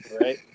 right